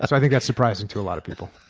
i think that's surprising to a lot of people.